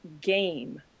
game